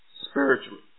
spiritually